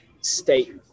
state